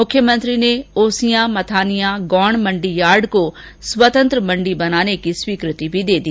मुख्यमंत्री ने ओसियां मथानिया गौण मंडी यार्ड को स्वतंत्र मंडी बनाने की स्वीकृति दे दी